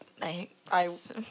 Thanks